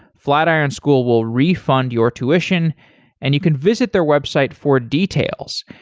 flatiron school will refund your tuition and you can visit their website for details.